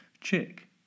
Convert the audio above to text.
chick